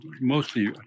mostly